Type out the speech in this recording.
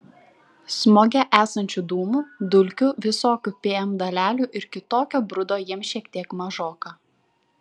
smoge esančių dūmų dulkių visokių pm dalelių ir kitokio brudo jiems šiek tiek mažoka